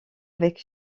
avec